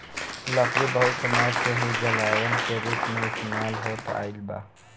लकड़ी बहुत समय से ही जलावन के रूप में इस्तेमाल होत आईल बा